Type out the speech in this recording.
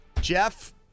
Jeff